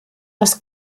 das